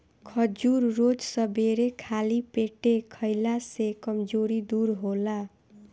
खजूर रोज सबेरे खाली पेटे खइला से कमज़ोरी दूर होला